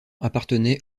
appartenait